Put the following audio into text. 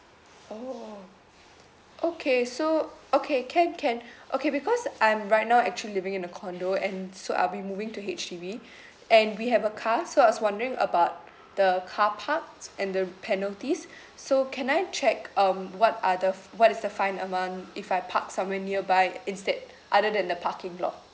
orh okay so okay can can okay because I'm right now actually living in a condo and so I'll be moving to H_D_B and we have a car so I was wondering about the carparks and the penalties so can I check um what are the f~ what is the fine amount if I park somewhere nearby instead other than the parking lot